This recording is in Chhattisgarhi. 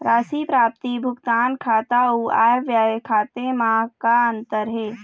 राशि प्राप्ति भुगतान खाता अऊ आय व्यय खाते म का अंतर हे?